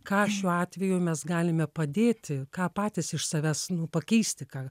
ką šiuo atveju mes galime padėti ką patys iš savęs pakeisti ką